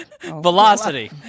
Velocity